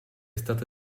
stata